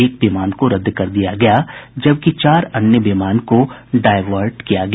एक विमान को रद्द कर दिया गया जबकि चार अन्य विमान को को डाइवर्ट किया गया